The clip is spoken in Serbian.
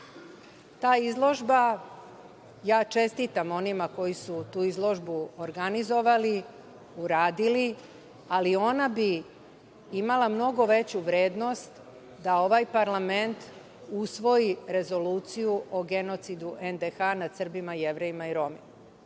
Ta izložba, ja čestitam onima koji su tu izložbu organizovali, uradili, ali ona bi imala mnogo veću vrednost da ovaj parlament usvoji Rezoluciju o genocidu NDH nad Srbima, Jevrejima i Romima. Mi